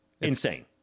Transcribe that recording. insane